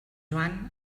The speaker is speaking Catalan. joan